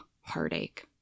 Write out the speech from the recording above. heartache